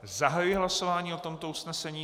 Zahajuji hlasování o tomto usnesení.